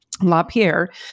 LaPierre